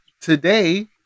Today